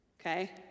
okay